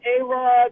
A-Rod